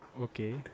okay